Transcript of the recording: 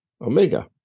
Omega